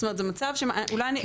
זאת אומרת זה מצב שאולי אני,